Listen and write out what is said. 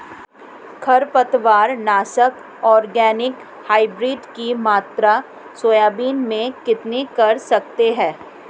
खरपतवार नाशक organic hybrid की मात्रा सोयाबीन में कितनी कर सकते हैं?